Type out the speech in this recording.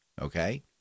Okay